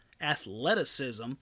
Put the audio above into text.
athleticism